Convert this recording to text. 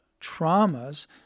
traumas